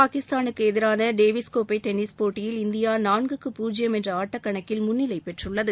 பாகிஸ்தானுக்கு எதிரான டேவிஸ் கோப்பை டென்னிஸ் போட்டியில் இந்தியா நான்கு பூஜ்யம் என்ற ஆட்டக் கணக்கில் முன்னிலை பெற்றுள்ளது